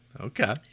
Okay